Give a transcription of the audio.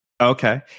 Okay